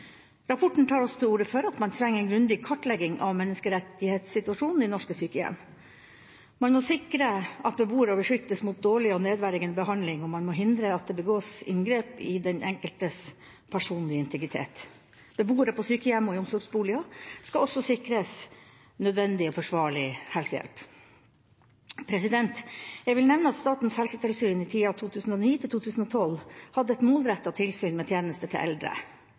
Rapporten tar også til orde for at man trenger en grundig kartlegging av menneskerettighetssituasjonen i norske sykehjem. Man må sikre at beboere beskyttes mot dårlig og nedverdigende behandling, og man må hindre at det begås inngrep i den enkeltes personlige integritet. Beboere på sykehjem og i omsorgsboliger skal også sikres nødvendig og forsvarlig helsehjelp. Jeg vil nevne at Statens helsetilsyn i tiden 2009–2012 hadde et målrettet tilsyn med tjenester til eldre,